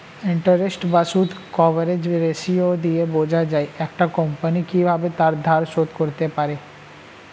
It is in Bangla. ইন্টারেস্ট বা সুদ কভারেজ রেশিও দিয়ে বোঝা যায় একটা কোম্পানি কিভাবে তার ধার শোধ করতে পারে